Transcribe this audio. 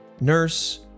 nurse